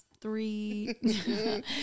three